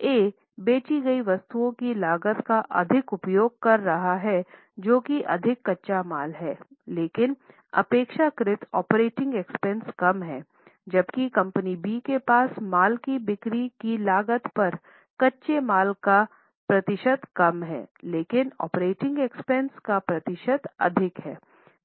तो ए बेची गई वस्तुओं की लागत का अधिक उपयोग कर रहा है जो कि अधिक कच्चा माल है लेकिन अपेक्षाकृत ऑपरेटिंग एक्सपेंस कम हैं जबकि कंपनी बी के पास माल की बिक्री की लागत पर कच्चे माल का प्रतिशत कम है लेकिन ऑपरेटिंग एक्सपेंस का प्रतिशत अधिक है